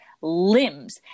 limbs